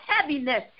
heaviness